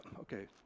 okay